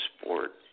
sport